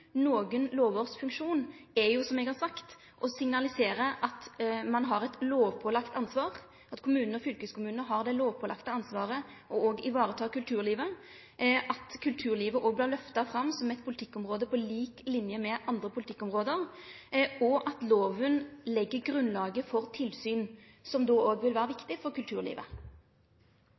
er jo, som eg har sagt, å signalisere at ein har eit lovpålagt ansvar – at kommunane og fylkeskommunane har det lovpålagte ansvaret – for å vareta kulturlivet, og for at kulturlivet vert løfta fram som eit politikkområde på lik linje med andre politikkområde. Loven legg grunnlaget for tilsyn, som vil vere viktig for kulturlivet.